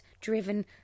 driven